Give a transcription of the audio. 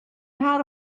how